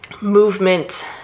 movement